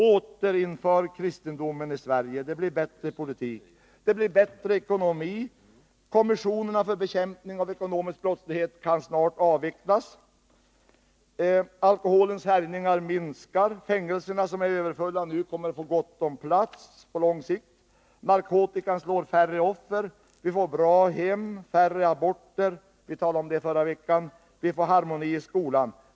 Återinför kristendomen i Sverige! Det blir bättre politik, det blir bättre ekonomi, kommissionerna för bekämpning av ekonomisk brottslighet kan snart avvecklas, alkoholens härjningar minskar, fängelserna, som är överfulla nu, kommer att få gott om plats på lång sikt, narkotikan slår ut färre offer, vi får bra hem, färre aborter — vi talade om det förra veckan — och vi får harmoni i skolan.